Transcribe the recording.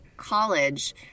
college